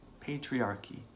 patriarchy